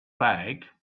bag